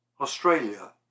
Australia